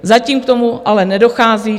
Zatím k tomu ale nedochází.